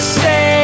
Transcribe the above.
say